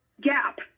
gap